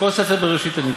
את כל ספר בראשית אני אקרא.